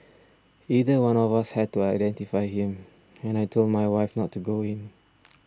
either one of us had to identify him and I told my wife not to go in